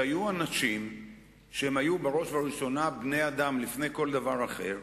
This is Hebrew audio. שהיו אנשים שהם היו בראש ובראשונה בני-אדם לפני כל דבר אחר,